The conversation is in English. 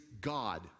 God